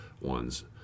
ones